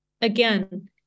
Again